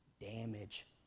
damage